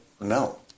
no